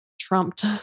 trumped